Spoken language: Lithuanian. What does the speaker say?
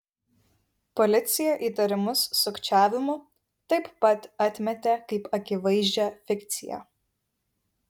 policija įtarimus sukčiavimu taip pat atmetė kaip akivaizdžią fikciją